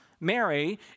Mary